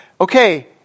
okay